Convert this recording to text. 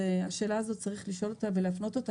את השאלה הזאת צריך לשאול אותה ולהפנות אותה